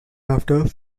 afterwards